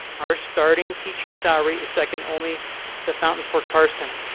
our starting teacher salary is second only to fountain for carson.